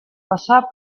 passar